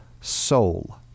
Soul